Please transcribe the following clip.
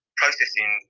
processing